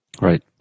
Right